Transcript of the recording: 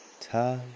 ta